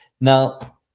Now